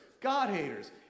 God-haters